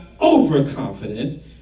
overconfident